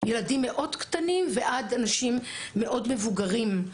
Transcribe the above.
מילדים מאוד קטנים ועד אנשים מאוד מבוגרים.